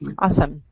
awesome.